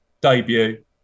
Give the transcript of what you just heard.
debut